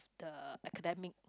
the academic